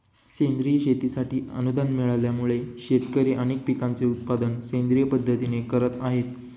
सेंद्रिय शेतीसाठी अनुदान मिळाल्यामुळे, शेतकरी अनेक पिकांचे उत्पादन सेंद्रिय पद्धतीने करत आहेत